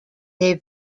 they